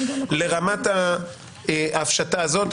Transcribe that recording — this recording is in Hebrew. לרמת ההפשטה הזאת,